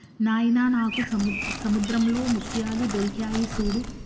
నాయిన నాకు సముద్రంలో ముత్యాలు దొరికాయి సూడు